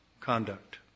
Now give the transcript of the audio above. conduct